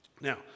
Now